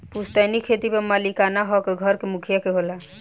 पुस्तैनी खेत पर मालिकाना हक घर के मुखिया के होला